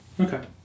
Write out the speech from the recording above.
Okay